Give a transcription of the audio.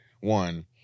one